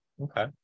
Okay